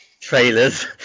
Trailers